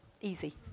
easy